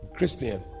Christian